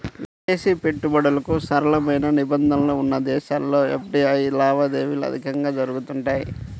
విదేశీ పెట్టుబడులకు సరళమైన నిబంధనలు ఉన్న దేశాల్లో ఎఫ్డీఐ లావాదేవీలు అధికంగా జరుగుతుంటాయి